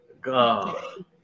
god